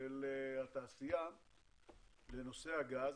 התעשייה לנושא הגז,